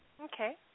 Okay